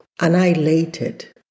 Annihilated